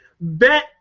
bet